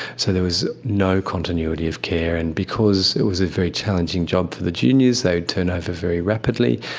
so there was no continuity of care. and because it was a very challenging job for the juniors, they'd turn-over very rapidly.